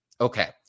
Okay